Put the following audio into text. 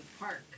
park